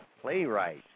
playwright